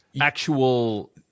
actual